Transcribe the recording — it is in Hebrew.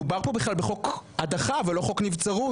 מדובר פה בכלל בחוק הדחה ולא בחוק נבצרות,